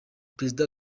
prezida